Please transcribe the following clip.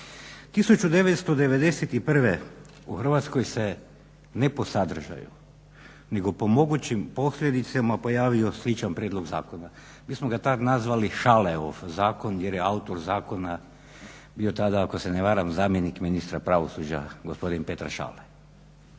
1991. u Hrvatskoj se ne po sadržaju nego po mogućim posljedicama pojavio sličan prijedlog zakona. Mi smo ga tad nazvali Šaleov zakon jer je autor zakona bio tada ako se ne varam zamjenik ministra pravosuđa gospodin Petar Šale.